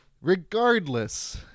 Regardless